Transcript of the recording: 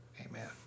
Amen